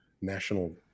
national